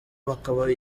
bubaka